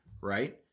right